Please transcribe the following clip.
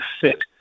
fit